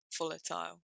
volatile